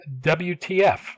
wtf